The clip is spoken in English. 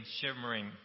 shimmering